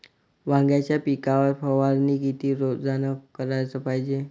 वांग्याच्या पिकावर फवारनी किती रोजानं कराच पायजे?